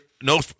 No